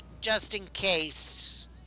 just-in-case